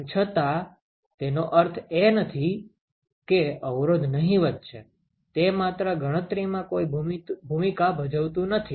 તેમ છતાં તેનો અર્થ એ નથી કે અવરોધ નહીવત છે તે માત્ર ગણતરીમાં કોઈ ભૂમિકા ભજવતું નથી